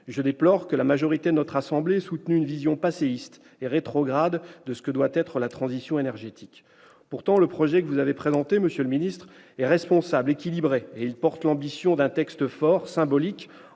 je déplore que la majorité de notre assemblée ait soutenu une vision passéiste et rétrograde de ce que doit être la transition énergétique. Pourtant, le projet que vous avez présenté, monsieur le ministre d'État, est responsable, équilibré et porte l'ambition d'un texte fort, symbolique,